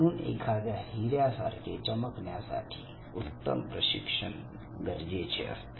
म्हणून एखाद्या हिऱ्या सारखे चमकण्यासाठी उत्तम प्रशिक्षण गरजेचे असते